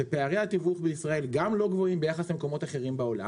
שפערי התיווך בישראל גם לא גבוהים ביחס למקומות אחרים בעולם